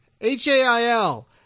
H-A-I-L